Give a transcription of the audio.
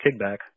kickback